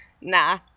Nah